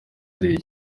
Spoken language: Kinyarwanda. ari